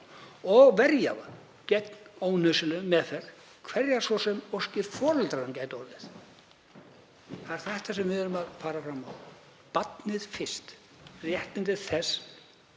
og verja það gegn ónauðsynlegri meðferð, hverjar svo sem óskir foreldranna gætu orðið. Það er þetta sem við erum að fara fram á. Barnið fyrst, réttindi þess